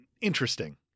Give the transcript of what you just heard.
interesting